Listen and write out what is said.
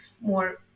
more